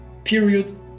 period